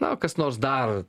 na kas nors dar